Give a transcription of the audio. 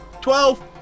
twelve